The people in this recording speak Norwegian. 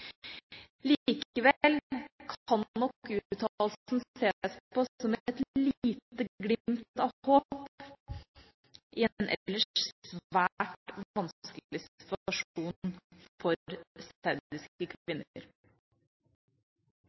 kan nok uttalelsen ses på som et lite glimt av håp i en ellers svært vanskelig situasjon for saudiske